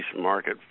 market